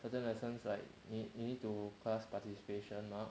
certain lesson like you need to class participation marks